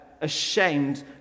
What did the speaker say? ashamed